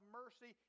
mercy